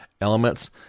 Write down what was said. Elements